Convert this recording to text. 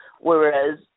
whereas